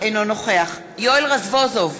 אינו נוכח יואל רזבוזוב,